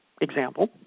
example